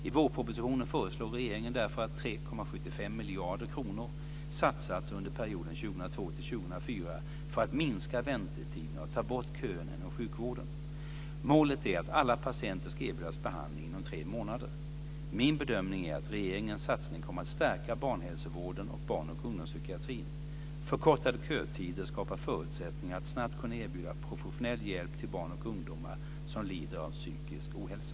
I vårpropositionen föreslår regeringen därför att 3,75 miljarder kronor satsas under perioden 2002-2004 för att minska väntetiderna och ta bort köerna inom sjukvården. Målet är att alla patienter ska erbjudas behandling inom tre månader. Min bedömning är att regeringens satsning kommer att stärka barnhälsovården och barnoch ungdomspsykiatrin. Förkortade kötider skapar förutsättningar att snabbt kunna erbjuda professionell hjälp till barn och ungdomar som lider av psykisk ohälsa.